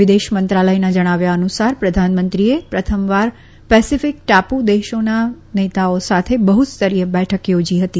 વિદેશ મંત્રાલયના જણાવ્યા અનુસાર પ્રધાનમંત્રીએ પ્રથમવાર પેસેફીક ટાપુ દેશોના નેતાઓ સાથે બહ્સ્તરીય બેઠક યોજી હતી